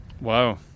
wow